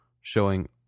showing